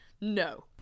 No